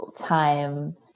time